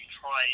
try